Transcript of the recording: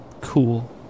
cool